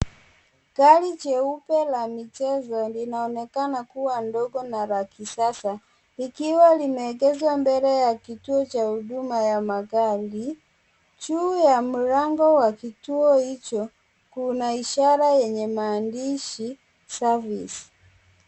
Gari jeupa la michezo linaonekana kuwa ndogo na la kisasa. Ikiwa limeekezwa mbele ya kituo cha huduma ya magari. Juu ya mlango wa kituo hicho kuna ishara yenye maandishi service .